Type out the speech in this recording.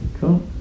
Cool